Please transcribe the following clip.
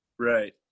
Right